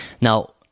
Now